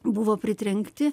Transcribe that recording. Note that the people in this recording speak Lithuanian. buvo pritrenkti